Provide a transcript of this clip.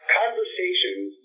conversations